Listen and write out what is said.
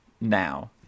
now